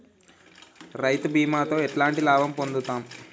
రైతు బీమాతో ఎట్లాంటి లాభం పొందుతం?